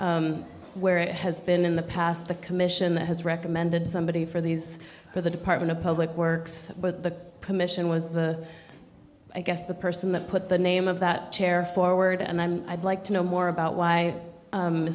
position where it has been in the past the commission has recommended somebody for these for the department of public works but the commission was the i guess the person that put the name of that chair forward and i'm i'd like to know more about why